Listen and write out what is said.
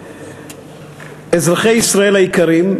אזרחי ישראל היקרים,